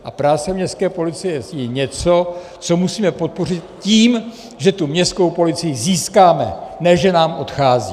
A práce městské policie je něco, co musíme podpořit tím, že tu městskou policii získáme, ne že nám odchází.